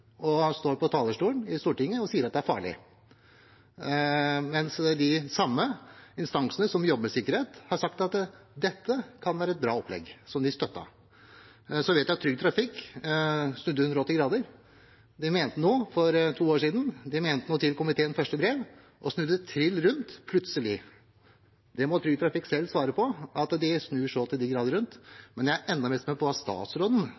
står på talerstolen i Stortinget og sier at det er farlig, mens de samme instansene som jobber med sikkerhet, har sagt at dette kan være et bra opplegg, og at de støtter det. Jeg vet at Trygg Trafikk snudde 180 grader. De mente noe for to år siden, de mente noe til komiteen i første brev, og så snudde de plutselig trill rundt. Det må Trygg Trafikk selv svare for, at de snur så til de grader rundt,